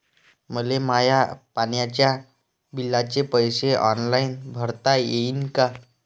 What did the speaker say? मले माया पाण्याच्या बिलाचे पैसे ऑनलाईन भरता येईन का?